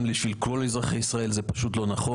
בשביל כל אזרחי ישראל זה פשוט לא נכון.